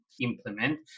Implement